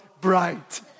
bright